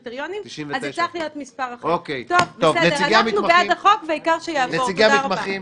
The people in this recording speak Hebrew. עזרתך, אדוני, תודה רבה.